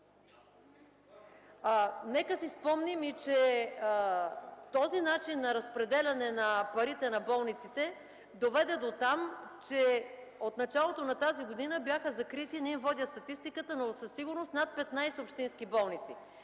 Нека си спомним, че този начин на разпределяне на парите на болниците доведе дотам, че от началото на тази година бяха закрити, не им водя статистиката, но със сигурност над 15 общински болници